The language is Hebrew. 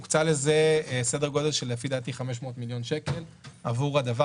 הוקצה לזה סדר גודל של כ-500 מיליון שקל עבור הדבר